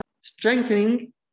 strengthening